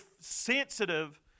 sensitive